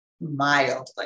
mildly